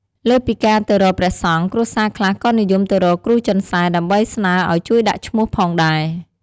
លើសពីការទៅរកព្រះសង្ឃ គ្រួសារខ្លះក៏និយមទៅរកគ្រូចិនសែ ដើម្បីស្នើឲ្យជួយដាក់ឈ្មោះផងដែរ។